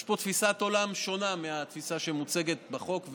יש פה תפיסת עולם שונה מהתפיסה שמוצגת בחוק,